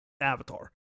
Avatar